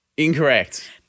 Incorrect